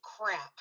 crap